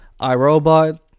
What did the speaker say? iRobot